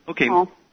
Okay